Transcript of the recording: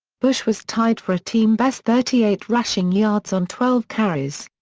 bush was tied for a team-best thirty eight rushing yards on twelve carries.